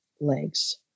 legs